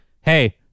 Hey